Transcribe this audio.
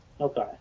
Okay